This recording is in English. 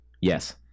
Yes